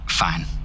Fine